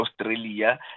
Australia